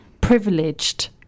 privileged